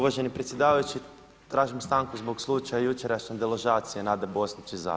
Uvaženi predsjedavajući, tražim stanku zbog slučaja jučerašnje deložacije Nade Bosnić iz Zadra.